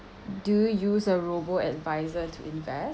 do you use a robo advisor to invest